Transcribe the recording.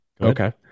okay